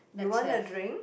you want a drink